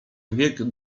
wiek